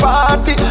Party